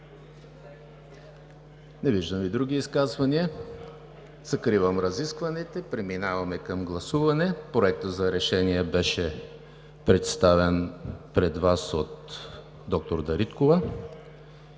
Не виждам. Други изказвания? Не виждам. Закривам разискванията. Преминаваме към гласуване. Проектът за решение беше представен пред Вас от доктор Дариткова.